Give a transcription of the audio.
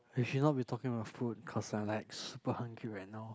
you cannot be talking about food cause I'm like super hungry right now